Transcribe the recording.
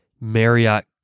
Marriott